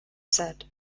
said